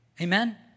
Amen